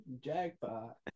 Jackpot